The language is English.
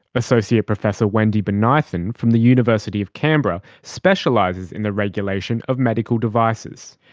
associate professor wendy bonython from the university of canberra specialises in the regulation of medical devices.